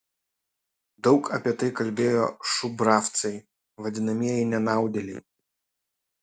daug apie tai kalbėjo šubravcai vadinamieji nenaudėliai